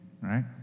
right